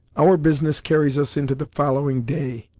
our business carries us into the following day,